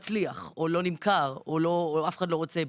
מצליח או לא נמכר או אף אחד לא רוצה בו.